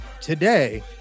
today